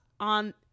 on